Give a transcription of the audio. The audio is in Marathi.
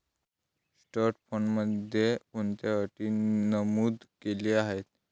ट्रस्ट फंडामध्ये कोणत्या अटी नमूद केल्या आहेत?